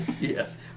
Yes